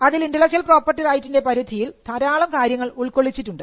അതിൽ intellectual property റൈറ്റിൻറെ പരിധിയിൽ ധാരാളം കാര്യങ്ങൾ ഉൾക്കൊള്ളിച്ചിട്ടുണ്ട്